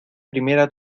primera